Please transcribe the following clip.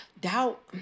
doubt